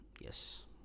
Yes